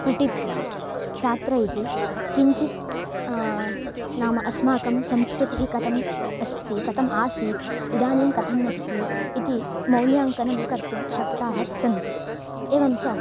पठित्वा चात्रैः किञ्चित् नाम अस्माकं संस्कृतिः कथम् अस्ति कथम् आसीत् इदानीं कथम् अस्ति इति मौल्याङ्कनं कर्तुं शक्ताः सन्ति एवं च